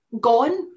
gone